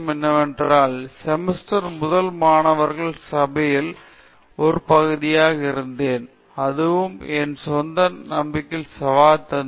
மூன்றாவது செமஸ்டர் முதல் மாணவர் சபையில் ஒரு பகுதியாக இருந்தேன் அதுவும் என் சொந்த நம்பிக்கைக்கு சவால் செய்தது